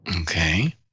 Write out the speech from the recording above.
Okay